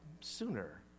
sooner